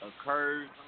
occurred